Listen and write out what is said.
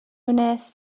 wnest